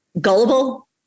gullible